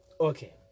Okay